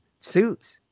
suits